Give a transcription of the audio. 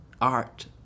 art